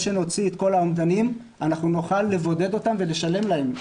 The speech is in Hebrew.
שנוציא את כל האמדנים נוכל לבודד ולשלם להם.